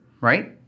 right